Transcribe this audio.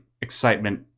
excitement